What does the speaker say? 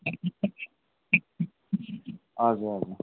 हजुर हजुर